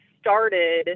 started